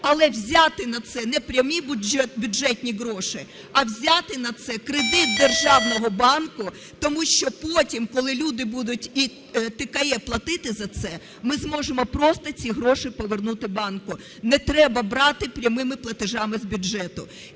Але взяти на це не прямі бюджетні гроші, а взяти на це кредит державного банку. Тому що потім, коли люди будуть і ТКЕ платити за це, ми зможемо просто ці гроші повернути банку, не треба брати прямими платежами з бюджету.